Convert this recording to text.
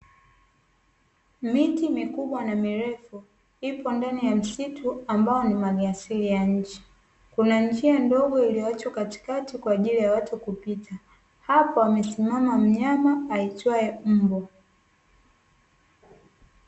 Miti mikubwa na mirefu, ipo ndani ya msitu ambao ni maliasili ya nchi, kuna njia ndogo iliyoachwa katikati kwa ajili ya watu kupita, hapo amesimama mnyama aitwaye mbu.